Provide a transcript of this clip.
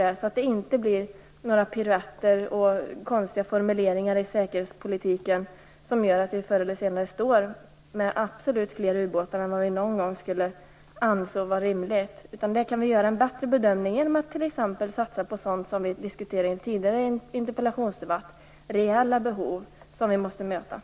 Det får inte bli några piruetter och konstiga formuleringar i säkerhetspolitiken som gör att vi förr eller senare står med fler ubåtar än vad vi någonsin skulle kunna anse vara rimligt. Vi kan göra en bättre bedömning, genom att t.ex. satsa på sådant som vi diskuterade i en tidigare interpelllationsdebatt - reella behov som vi måste uppfylla.